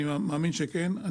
אני מאמין שכן.